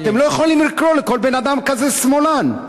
ואתם לא יכולים לקרוא לכל בן-אדם כזה שמאלן.